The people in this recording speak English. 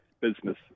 business